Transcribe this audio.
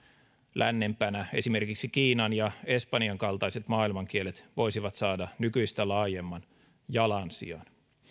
lännempänä esimerkiksi kiinan ja espanjan kaltaiset maailmankielet voisivat saada nykyistä laajemman jalansijan